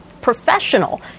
Professional